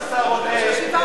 אם השר עונה,